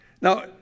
Now